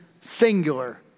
singular